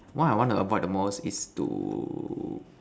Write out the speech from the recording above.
what I want to avoid the most is to